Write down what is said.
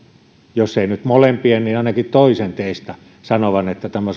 jos ei nyt molempien niin ainakin toisen teistä sanovan että tämä